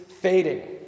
fading